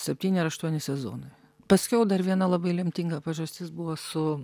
septyni ar aštuoni sezonai paskiau dar viena labai lemtinga pažastis buvo su